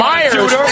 Myers